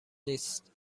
نیست